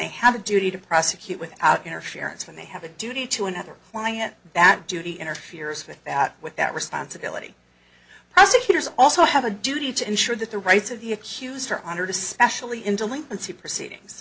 they have a duty to prosecute without interference and they have a duty to another client that duty interferes with that with that responsibility prosecutors also have a duty to ensure that the rights of the accused or honored especially in delinquency proceedings